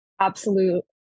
absolute